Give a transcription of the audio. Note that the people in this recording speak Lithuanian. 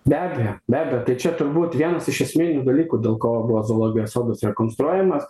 be abejo be abejo tai čia turbūt vienas iš esminių dalykų dėl ko buvo zoologijos sodas rekonstruojamas